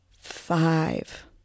five